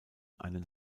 einen